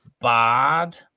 bad